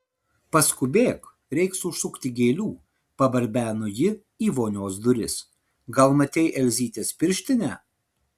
paskubėk reiks užsukti gėlių pabarbeno ji į vonios duris gal matei elzytės pirštinę